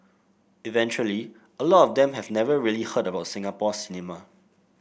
eventually a lot of them have never really heard about Singapore cinema